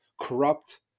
corrupt